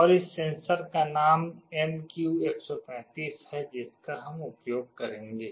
और इस सेंसर का नाम MQ135 है जिसका हम उपयोग करेंगे